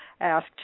asked